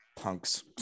punks